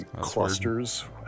clusters